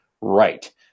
right